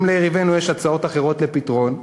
אם ליריבינו יש הצעות אחרות לפתרון,